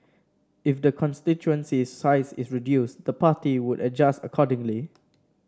if the constituency's size is reduced the party would adjust accordingly